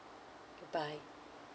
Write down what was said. goodbye